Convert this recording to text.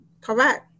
Correct